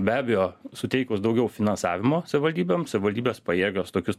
be abejo suteikus daugiau finansavimo savivaldybėms savivaldybės pajėgios tokius